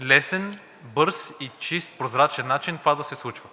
лесен, бърз, чист и прозрачен начин това да се случва.